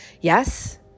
Yes